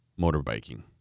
motorbiking